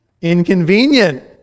inconvenient